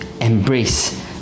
embrace